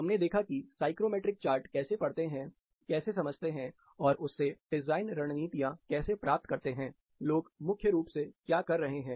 हमने देखा कि साइक्रोमेट्रिक चार्ट कैसे पढ़ते हैं कैसे समझते हैं और उससे डिजाइन रणनीतियां कैसे प्राप्त करते हैं लोग मुख्य रूप से क्या कर रहे हैं